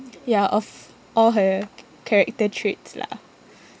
ya of all her cha~ character traits lah